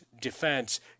defense